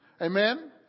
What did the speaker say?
Amen